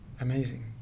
amazing